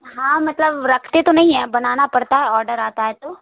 ہاں مطلب رکھتے تو نہیں ہیں بنانا پڑتا ہے آرڈر آتا ہے تو